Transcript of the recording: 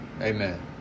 Amen